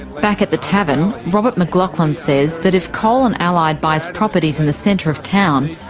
back at the tavern, robert mcloghlin says that if coal and allied buys properties in the centre of town,